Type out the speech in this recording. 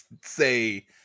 say